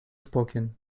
spoken